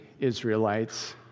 Israelites